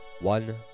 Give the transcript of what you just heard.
one